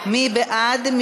מי בעד?